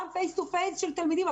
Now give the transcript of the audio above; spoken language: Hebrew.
גם face to face של תלמידים,